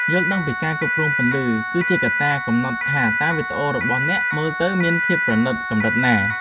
យល់ដឹងពីការគ្រប់គ្រងពន្លឺគឺជាកត្តាកំណត់ថាតើវីដេអូរបស់អ្នកមើលទៅមានភាពប្រណីតកម្រិតណា។